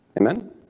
Amen